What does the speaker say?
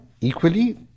equally